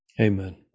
Amen